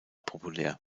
populär